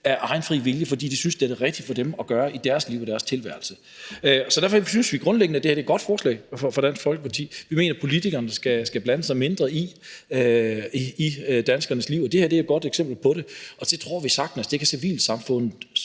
af egen fri vilje, fordi de synes, det er det rigtige for dem at gøre i deres liv og deres tilværelse. Så derfor synes vi grundlæggende, at det her er godt forslag fra Dansk Folkepartis side. Vi mener, politikerne skal blande sig mindre i danskernes liv, og det her er et godt eksempel på det. Og så tror vi, at det kan civilsamfundet